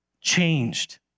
changed